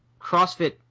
CrossFit